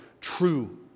true